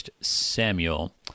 Samuel